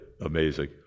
Amazing